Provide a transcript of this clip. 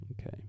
Okay